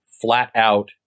flat-out